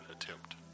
attempt